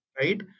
Right